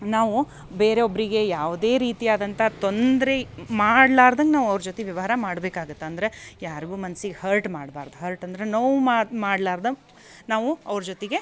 ನಾವು ಬೇರೊಬ್ಬರಿಗೆ ಯಾವುದೇ ರೀತಿಯಾದಂಥ ತೊಂದರೆ ಮಾಡ್ಲಾರ್ದಂಗ ನಾವು ಅವ್ರ ಜೊತೆ ವ್ಯವಹಾರ ಮಾಡ್ಬೇಕಾಗುತ್ತೆ ಅಂದರೆ ಯಾರಿಗೂ ಮನ್ಸಿಗೆ ಹರ್ಟ್ ಮಾಡ್ಬಾರ್ದು ಹರ್ಟ್ ಅಂದ್ರ ನೋವು ಮಾಡ್ ಮಾಡ್ಲಾರ್ದು ನಾವು ಅವ್ರ ಜೊತೆಗೆ